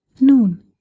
Nun